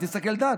אל תסתכל על דת.